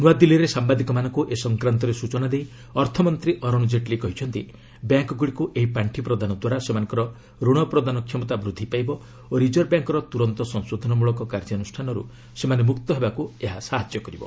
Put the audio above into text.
ନୃଆଦିଲ୍ଲୀରେ ସାମ୍ବାଦିକମାନଙ୍କୁ ଏ ସଂକ୍ରାନ୍ତରେ ସ୍ନଚନା ଦେଇ ଅର୍ଥମନ୍ତ୍ରୀ ଅରୁଣ ଜେଟଲୀ କହିଛନ୍ତି ବ୍ୟାଙ୍କ୍ ଗୁଡ଼ିକୁ ଏହି ପାଣ୍ଡି ପ୍ରଦାନ ଦ୍ୱାରା ସେମାନଙ୍କର ଋଣ ପ୍ରଦାନ କ୍ଷମତା ବୁଦ୍ଧି ପାଇବ ଓ ରିଜର୍ଭ ବ୍ୟାଙ୍କ୍ର ତୁରନ୍ତ ସଂଶୋଧନ ମୂଳକ କାର୍ଯ୍ୟାନୁଷ୍ଠାନରୁ ସେମାନେ ମୁକ୍ତ ହେବାକୁ ଏହା ସାହାଯ୍ୟ କରିବ